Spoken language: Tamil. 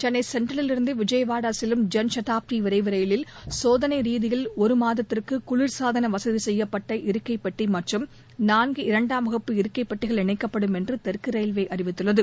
சென்னை சென்ட்ரலில் இருந்து விஜயவாடா செல்லும் ஜன் சதாப்தி விரைவு ரயிலில் சோதனை ரீதியில் ஒரு மாதத்திற்கு குளிர்சாதன வசதி செய்யப்பட்ட இருக்கைப் பெட்டி மற்றும் நான்கு இரண்டாம் வகுப்பு இருக்கை பெட்டிகள் இணைக்கப்படும் என்று தெற்கு ரயில்வே அறிவித்துள்ளது